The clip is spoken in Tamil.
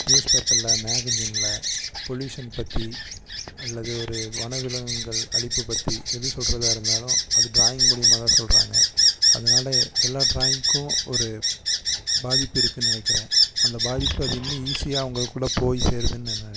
நியூஸ் பேப்பரில் மேகசினில் பொல்யூஷன் பற்றி அல்லது ஒரு வனவிலங்குகள் அழிப்பு பற்றி எது சொல்றதாக இருந்தாலும் அது ட்ராயிங் மூலியமாக தான் சொல்லுறாங்க அதனால எல்லா ட்ராயிங்க்கும் ஒரு பாதிப்பு இருக்குன்னு நினைக்கிறேன் அந்த பாதிப்பு அது இன்னும் ஈசியாக அவுங்களுக்குள்ளே போய் சேருதுன்னு நான் நினைக்கிறேன்